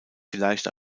vielleicht